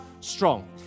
strong